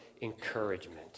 encouragement